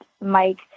Mike